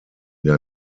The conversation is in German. der